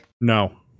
No